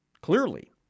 clearly